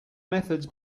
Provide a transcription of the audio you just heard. methods